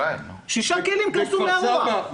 שישה כלים קרסו מהרוח...